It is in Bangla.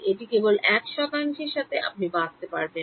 এটি কেবল 1 শতাংশের সাথে আপনি বাঁচতে পারবেন